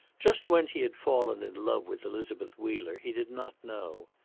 just when he had fallen in love with elizabeth wheeler he did not know.